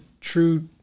true